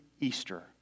Easter